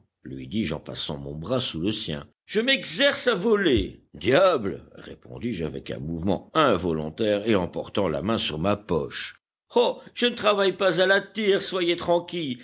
lui dis-je en passant mon bras sous le sien je m'exerce à voler diable répondis-je avec un mouvement involontaire et en portant la main sur ma poche oh je ne travaille pas à la tire soyez tranquille